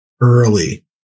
early